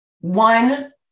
one